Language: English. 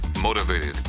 motivated